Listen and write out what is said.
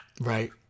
right